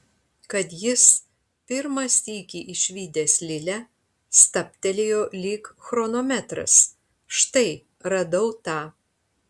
kad jis pirmą sykį išvydęs lilę stabtelėjo lyg chronometras štai radau tą